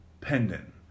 pendant